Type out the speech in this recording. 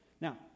Now